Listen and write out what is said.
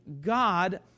God